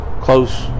close